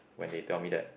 when they tell me that